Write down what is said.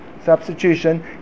Substitution